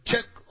Check